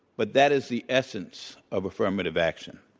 but that is the essence of affirmative action.